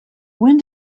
when